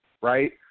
right